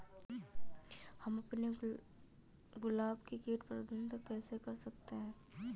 हम अपने गुलाब में कीट प्रबंधन कैसे कर सकते है?